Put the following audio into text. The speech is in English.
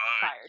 fired